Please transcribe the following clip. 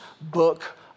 book